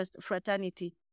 fraternity